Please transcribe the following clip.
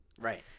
Right